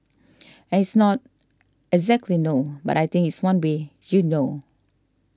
and it's not exactly no but I think it's one way you know